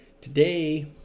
Today